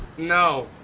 no.